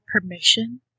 permission